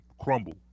crumble